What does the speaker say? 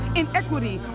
inequity